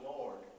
Lord